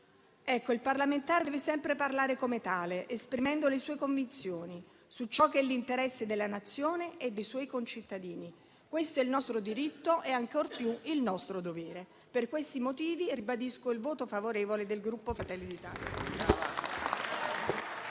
il parlamentare deve sempre parlare come tale, esprimendo le sue convinzioni sugli interessi della Nazione e dei suoi concittadini. Questo è il nostro diritto ed ancor più il nostro dovere. Per questi motivi, ribadisco il voto favorevole del Gruppo Fratelli d'Italia.